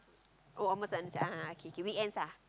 oh almost K K weekends ah